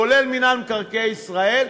כולל מינהל מקרקעי ישראל,